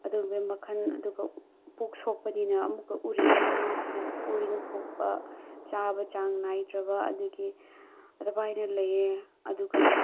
ꯑꯗꯨꯒꯨꯝꯕꯒꯤ ꯃꯈꯜ ꯑꯗꯨꯒ ꯄꯨꯛ ꯁꯣꯛꯄꯅꯤꯅ ꯑꯃꯨꯛꯀ ꯎꯔꯤꯡ ꯎꯔꯤꯡ ꯊꯣꯛꯄ ꯆꯥꯕ ꯆꯥꯡ ꯅꯥꯏꯗ꯭ꯔꯕ ꯑꯗꯨꯒꯤ ꯑꯗꯨꯃꯥꯏꯅ ꯂꯩꯑꯦ ꯑꯗꯨꯒ